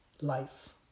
life